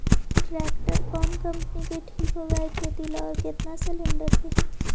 Tractor कोन company के ठीक होब है खेती ल औ केतना सलेणडर के?